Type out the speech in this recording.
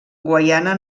guaiana